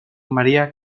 maría